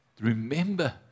Remember